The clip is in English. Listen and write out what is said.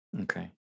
Okay